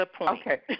Okay